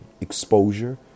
exposure